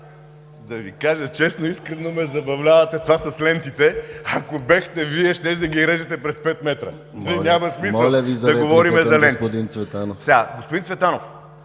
Да Ви кажа честно – искрено ме забавлява това за лентите. Ако бяхте Вие, щяхте да ги режете през пет метра. Няма смисъл да говорим за ленти!